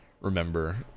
remember